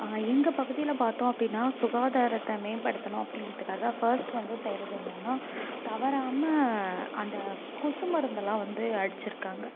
எங்கள் பகுதியில் பார்த்தோம் அப்படினா சுகாதாரத்தை மேம்படுத்தணும் அப்படிங்கறதுக்காக ஃபஸ்ட் வந்து செய்யுறது என்னென்னா தவறாமல் அந்த கொசு மருந்தெல்லாம் வந்து அடிச்சிருக்காங்க